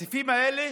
הסעיפים האלה